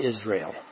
Israel